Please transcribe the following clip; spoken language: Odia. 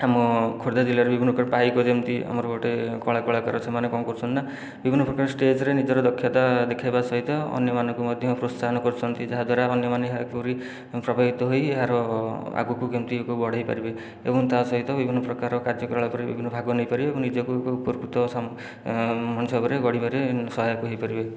ଆମ ଖୋର୍ଦ୍ଧା ଜିଲ୍ଲାରେ ବିଭିନ୍ନ ପ୍ରକାର ପାଇକ ଯେମିତି ଆମର ଗୋଟିଏ କଳା କଳାକର ସେମାନେ କ'ଣ କରୁଛନ୍ତି ନା ବିଭିନ୍ନ ପ୍ରକାର ଷ୍ଟେଜରେ ନିଜର ଦକ୍ଷତା ଦେଖେଇବା ସହିତ ଅନ୍ୟମାନଙ୍କୁ ମଧ୍ୟ ପ୍ରୋତ୍ସାହନ କରୁଛନ୍ତି ଯାହାଦ୍ୱାରା ଅନ୍ୟମାନେ ଏହାପରି ପ୍ରଭାବିତ ହୋଇ ଏହାର ଆଗକୁ କେମିତି ଏହାକୁ ବଢ଼େଇ ପାରିବେ ଏବଂ ତା'ସାହିତ ବିଭିନ୍ନ ପ୍ରକାର କାର୍ଯ୍ୟକଳାପରେ ବି ଭାଗ ନେଇପାରିବେ ଏବଂ ନିଜକୁ ଉପକୃତ ମଣିଷ ଭାବରେ ବଢ଼ିବାରେ ସହାୟକ ହୋଇପାରିବେ